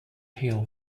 hill